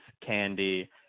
candy